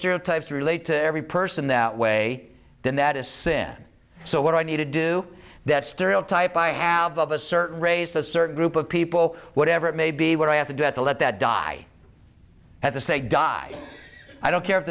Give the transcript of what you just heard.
stereotypes to relate to every person that way then that is sin so what i need to do that stereotype i have of a certain race a certain group of people whatever it may be what i have to do to let that die at the stake die i don't care if